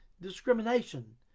discrimination